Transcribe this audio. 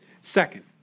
Second